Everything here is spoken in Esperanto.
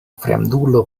fremdulo